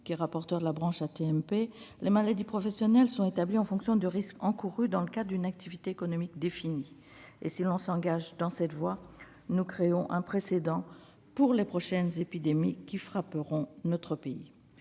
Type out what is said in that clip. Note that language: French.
Dériot, rapporteur de la branche AT-MP, « les maladies professionnelles sont établies en fonction des risques encourus dans le cadre d'une activité économique définie. Si l'on s'engage dans cette voie, nous créons un précédent pour les prochaines épidémies qui frapperont notre pays